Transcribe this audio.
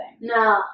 No